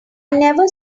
never